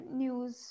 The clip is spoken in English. news